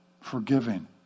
forgiving